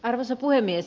arvoisa puhemies